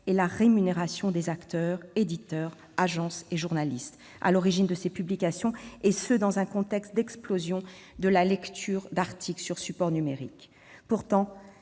et la rémunération des acteurs- éditeurs, agences et journalistes -à l'origine de ces publications, et ce dans un contexte d'explosion de la lecture d'articles sur support numérique. Partant,